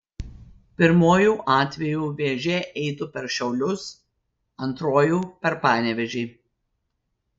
pirmuoju atveju vėžė eitų per šiaulius antruoju per panevėžį